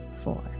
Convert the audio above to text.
four